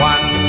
One